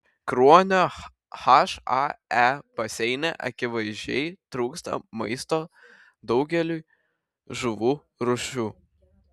kruonio hae baseine akivaizdžiai trūksta maisto daugeliui žuvų rūšių